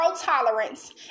tolerance